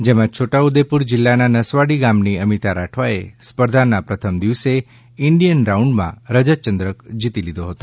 જેમાં છોટાઉદેપુર જિલ્લાના નસવાડી ગામની અમિતા રાઠવાએ સ્પર્ધાના પ્રથમ દિવસે ઇન્ડિયન રાઉન્ડમાં રજત ચંદ્રક જીતી લીધો હતો